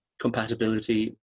compatibility